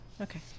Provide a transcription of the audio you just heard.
Okay